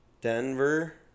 Denver